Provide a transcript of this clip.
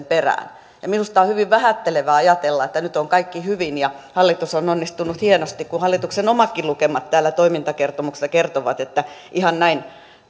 perään minusta on hyvin vähättelevää ajatella että nyt on kaikki hyvin ja hallitus on onnistunut hienosti kun hallituksen omatkin lukemat täällä toimintakertomuksessa kertovat että ihan näin